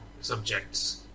subjects